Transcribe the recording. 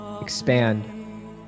expand